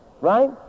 right